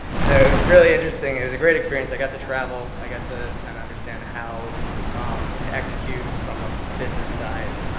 so it was really interesting. it was a great experience. i got to travel. i got to kind of understand how to execute from a business side